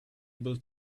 able